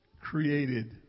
created